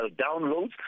downloads